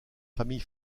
famille